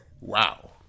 Wow